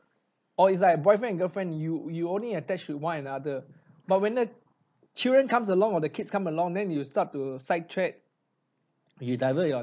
or it's like boyfriend and girlfriend you you only attached with one another but when the children comes along or the kids come along then you will start to side track you divert your